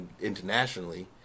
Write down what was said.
internationally